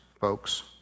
folks